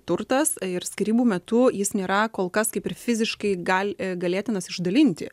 turtas ir skyrybų metu jis nėra kol kas kaip ir fiziškai gali galėtinas išdalinti